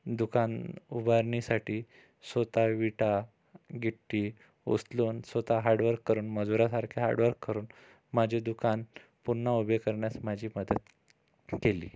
दुकान उभारणीसाठी स्वतः विटा गिट्टी उचलून स्वतः हार्डवर्क करून मजुरासारखं हार्डवर्क करून माझे दुकान पुन्हा उभे करण्यास माझी मदत केली